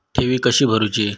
ठेवी कशी भरूची?